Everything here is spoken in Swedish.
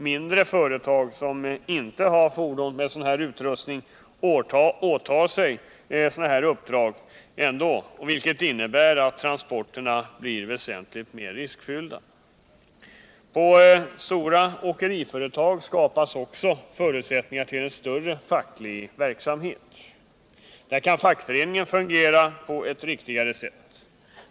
Mindre företag som inte har fordon med denna utrustning åtar sig ändå sådana uppdrag, vilket innebär att transporterna blir väsentligt mer riskfyllda. På stora åkeriföretag skapas förutsättningar för en större facklig verksamhet. Där kan fackföreningen fungera på ett riktigt sätt.